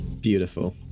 beautiful